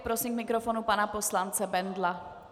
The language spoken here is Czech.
Prosím k mikrofonu pana poslance Bendla.